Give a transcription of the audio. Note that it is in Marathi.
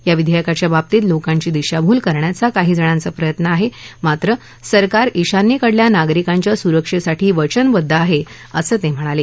या विधेयकाच्या बाबतीत लोकांची दिशाभूल करण्याचा काही जणांचा प्रयत्न आहे मात्र सरकार ईशान्येकडल्या नागरिकांच्या सुरक्षेसाठी वचनबद्ध आहे असं ते म्हणाले